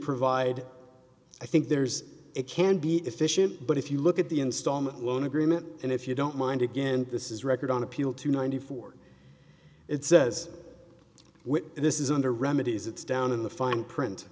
provide i think there's it can be efficient but if you look at the installment loan agreement and if you don't mind again this is record on appeal to ninety four it says this is under remedies it's down in the fine print